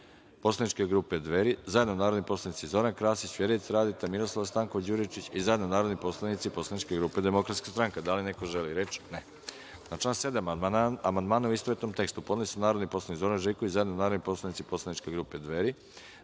poslaničke grupe Dveri i zajedno narodni poslanici Zoran Krasić, Vjerica Radeta i Miroslava Stanković Đuričić i zajedno narodni poslanici poslaničke grupe DS.Da li neko želi reč? (Ne)Na član 7. amandmane u istovetnom tekstu podneli su narodni poslanici Zoran Živković i zajedno narodni poslanici poslaničke grupe Dveri